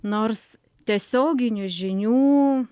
nors tiesioginių žinių